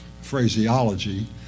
phraseology